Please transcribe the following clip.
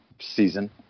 season